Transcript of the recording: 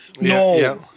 No